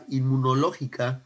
inmunológica